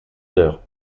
heures